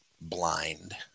blind